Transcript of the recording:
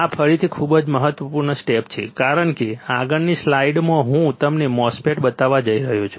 આ ફરીથી ખૂબ જ મહત્વપૂર્ણ સ્ટેપ છે કારણ કે આગળની સ્લાઇડમાં હું તમને MOSFET બતાવવા જઈ રહ્યો છું